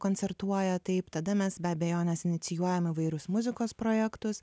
koncertuoja taip tada mes be abejonės inicijuojam įvairius muzikos projektus